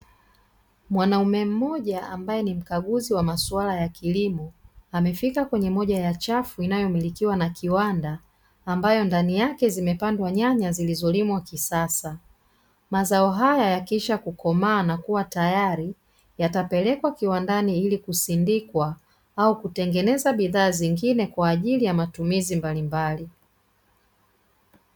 Mwanaume mmoja ambaye ni mkaguzi wa masuala ya kilimo amefika kwenye moja ya chafu inayomilikiwa na kiwanda ambayo ndani yake zimepandwa nyanya zilizolimwa kisasa mazao haya yakisha kukomaa na kuwa tayari yatapelekwa kiwandani ili kusindikwa au kutengeneza bidhaa zingine kwa ajili ya matumizi mbalimbali.